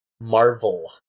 Marvel